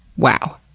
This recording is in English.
wow.